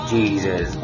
Jesus